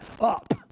up